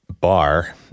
bar